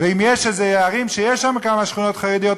ואם יש ערים שיש בהן כמה שכונות חרדיות,